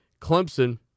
Clemson